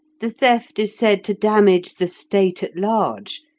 the theft is said to damage the state at large,